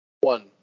one